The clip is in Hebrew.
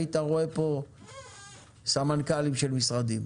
היית רואה פה סמנכ"לים של משרדים.